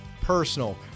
personal